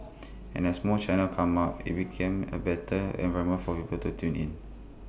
and as more channels come up IT becomes A better environment for people tune in